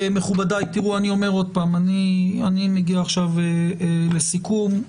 מכובדיי, אני מגיע עכשיו לסיכום.